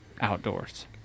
outdoors